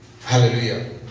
Hallelujah